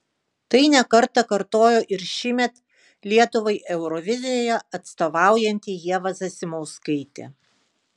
tai ne kartą kartojo ir šįmet lietuvai eurovizijoje atstovaujanti ieva zasimauskaitė